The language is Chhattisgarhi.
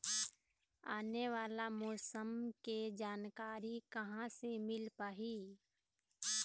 आने वाला मौसम के जानकारी कहां से मिल पाही?